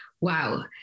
Wow